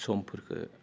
समफोरखो